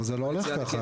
אבל זה לא הולך ככה.